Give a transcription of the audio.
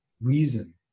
reason